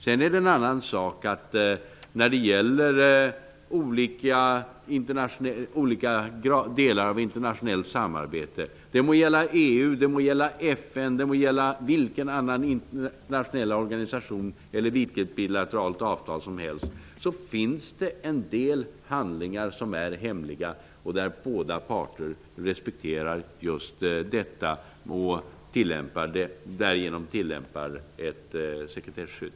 Sedan är det en annan sak att i delar av internationellt samarbete -- det må gälla EU, det må gälla FN, det må gälla vilken annan internationell organisation eller vilket bilateralt avtal som helst -- finns det en del handlingar som är hemliga och där båda parter respekterar just detta och därigenom tillämpar ett sekretesskydd.